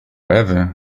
ewy